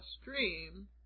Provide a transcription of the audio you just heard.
stream